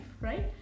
right